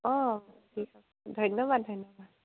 অঁ ঠিক আছে ধন্যবাদ ধন্যবাদ